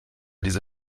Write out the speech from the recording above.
diese